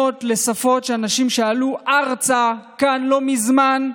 לשפות של אנשים שעלו ארצה לכאן לא מזמן?